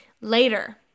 later